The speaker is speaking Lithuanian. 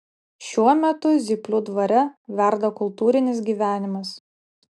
šiuo metu zyplių dvare verda kultūrinis gyvenimas